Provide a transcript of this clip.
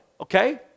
Okay